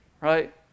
right